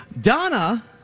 Donna